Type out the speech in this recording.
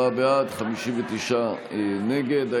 54 בעד, 59 נגד.